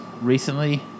Recently